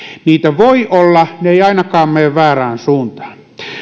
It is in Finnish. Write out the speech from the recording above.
niitä voi olla ne eivät ainakaan mene väärään suuntaan